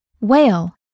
Whale